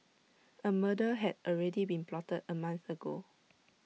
A murder had already been plotted A month ago